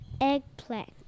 Eggplant